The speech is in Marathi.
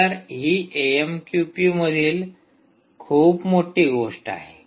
तर हि एएमक्यूपी मधली खूप मोठी गोष्ट आहे